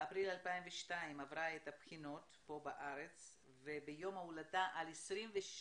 באפריל 2002 עברה את הבחינות בארץ וביום הולדתה ה-26